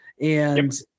and-